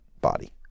body